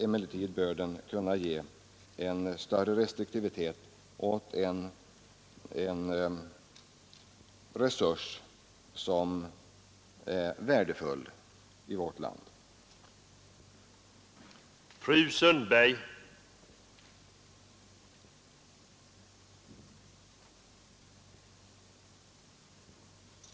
Däremot bör den kunna ge en större restriktivitet i utnyttjandet för andra ändamål av en resurs som är så värdefull och skyddsvärd som högvärdig jordbruksmark.